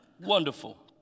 wonderful